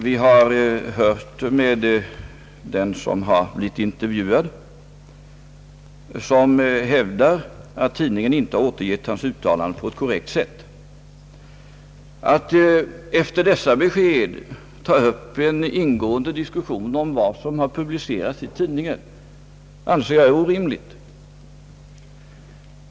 Vi har hört med den som blivit intervjuad, och han hävdar att tidningen inte har återgett hans uttalanden på ett korrekt sätt. Att efter dessa besked ta upp en ingående diskussion om vad som har publicerats i tidningen, anser jag vara orimligt.